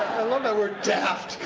love that word daft,